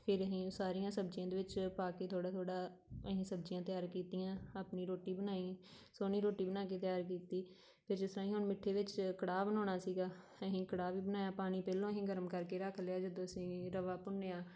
ਫੇਰ ਅਸੀਂ ਉਹ ਸਾਰੀਆਂ ਸਬਜ਼ੀਆਂ ਦੇ ਵਿੱਚ ਪਾ ਕੇ ਥੋੜ੍ਹਾ ਥੋੜ੍ਹਾ ਅਸੀਂ ਸਬਜ਼ੀਆਂ ਤਿਆਰ ਕੀਤੀਆਂ ਆਪਣੀ ਰੋਟੀ ਬਣਾਈ ਸੋਹਣੀ ਰੋਟੀ ਬਣਾ ਕੇ ਤਿਆਰ ਕੀਤੀ ਫੇਰ ਜਿਸ ਤਰ੍ਹਾਂ ਅਸੀਂ ਹੁਣ ਮਿੱਠੇ ਵਿੱਚ ਕੜਾਹ ਬਣਾਉਣਾ ਸੀਗਾ ਅਸੀਂ ਕੜਾਹ ਵੀ ਬਣਾਇਆ ਪਾਣੀ ਪਹਿਲੋਂ ਹੀ ਗਰਮ ਕਰਕੇ ਰੱਖ ਲਿਆ ਜਦੋਂ ਅਸੀਂ ਰਵਾ ਭੁੰਨਿਆ